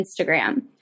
Instagram